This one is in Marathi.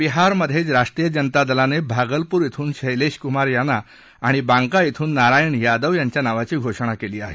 बिहारमधे राष्ट्रीय जनता दलाने भागलपूर श्रून शैलेशकुमार यांना तर बांका श्रून नारायण यादव यांच्या नावाची घोषणा केली आहे